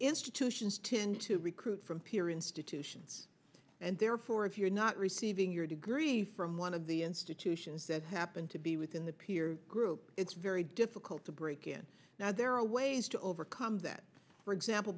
institutions tend to recruit from peer institutions and therefore if you're not receiving your degree from one of the institutions that happen to be within the peer group it's very difficult to break in now there are ways to overcome that for example